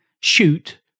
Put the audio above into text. shoot